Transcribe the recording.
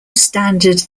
standard